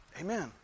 Amen